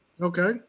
Okay